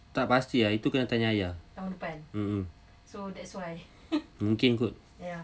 tak pasti ah tu kena tanya ayah mmhmm mungkin kot